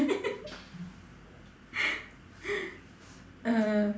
uh